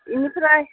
बेनिफ्राय